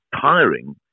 tiring